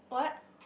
what